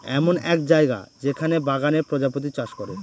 এমন এক জায়গা যেখানে বাগানে প্রজাপতি চাষ করে